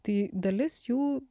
tai dalis jų